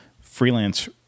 freelance